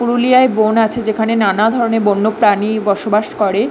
পুরুলিয়ায় বন আছে যেখানে নানা ধরনের বন্য প্রাণী বসবাস করে